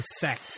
sex